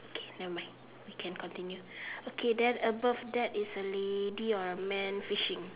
okay never mind we can continue okay then above that is a lady or a man fishing